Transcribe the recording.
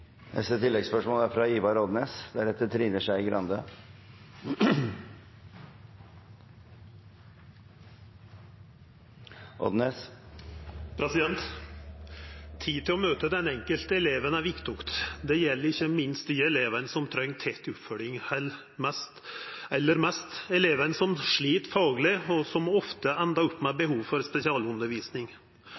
Ivar Odnes – til oppfølgingsspørsmål. Tid til å møta den enkelte eleven er viktig. Det gjeld ikkje minst dei elevane som treng tett oppfølging aller mest, elevar som slit fagleg, og som ofte endar opp med behov for spesialundervisning.